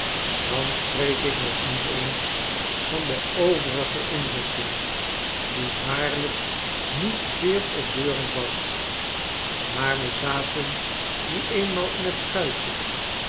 dan spreek ik nog niet eens van de overige inrichting die waarlijk niet zeer opbeurend was maar we zaten nu eenmaal in t schuitje